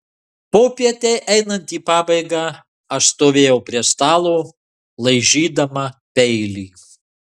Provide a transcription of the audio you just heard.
popietei einant į pabaigą aš stovėjau prie stalo laižydama peilį